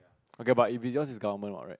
okay but it if yours is the government what right